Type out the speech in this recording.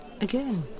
Again